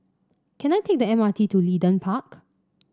can I take the M R T to Leedon Park